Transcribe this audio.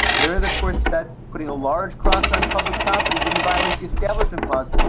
there are the courts that putting a large cross on public property didn't violate the establishment clause.